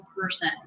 person